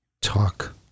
talk